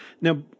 Now